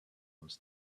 wants